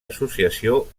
associació